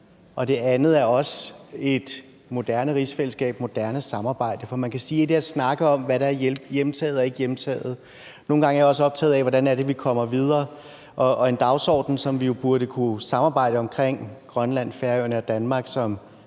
og den anden er et moderne rigsfællesskab, et moderne samarbejde. For man kan sige, at et er at snakke om, hvad der er hjemtaget og ikkehjemtaget, noget andet er, og det er jeg nogle gange optaget af, hvordan vi kommer videre. Og en dagsorden, som vi burde kunne samarbejde om – Grønland, Færøerne og Danmark som